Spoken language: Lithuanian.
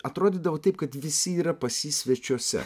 atrodydavo taip kad visi yra pas jį svečiuose